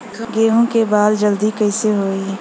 गेहूँ के बाल जल्दी कईसे होई?